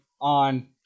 on